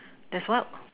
that's one